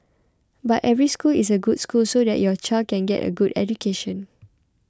but every school is a good school so that your child can get a good education